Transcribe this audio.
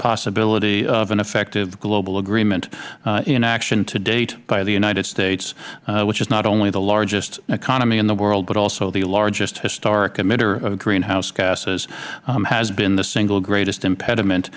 possibility of an effective global agreement in action to date by the united states which is not only the largest economy in the world but also the largest historic emitter of greenhouse gases has been the single greatest impediment